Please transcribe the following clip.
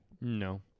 No